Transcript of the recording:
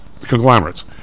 Conglomerates